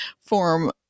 form